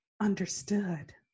understood